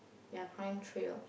ya crime trail